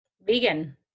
Vegan